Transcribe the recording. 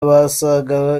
basaga